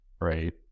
right